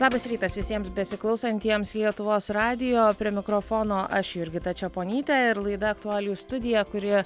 labas rytas visiems besiklausantiems lietuvos radijo prie mikrofono aš jurgita čeponytė ir laida aktualijų studija kuri